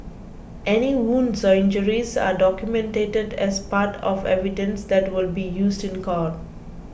any wounds or injuries are documented as part of evidence that will be used in court